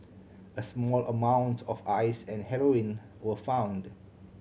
a small amount of Ice and heroin were found